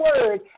word